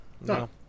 No